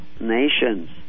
nations